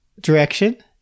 direction